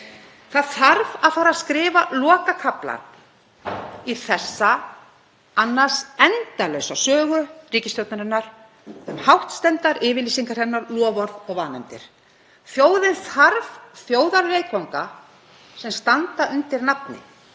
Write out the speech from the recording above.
Það þarf að fara að skrifa lokakaflann í þessari annars endalausu sögu ríkisstjórnarinnar um hástemmdar yfirlýsingar hennar, loforð og vanefndir. Þjóðin þarf þjóðarleikvanga sem standa undir nafni